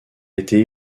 été